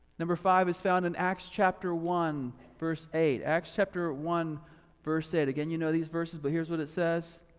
number five is found in acts chapter one verse eight. acts chapter one verse eight, again you know these verses but here's what it says.